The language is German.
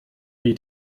wie